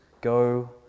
go